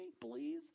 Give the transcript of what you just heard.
please